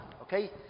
Okay